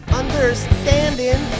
understanding